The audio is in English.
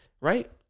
right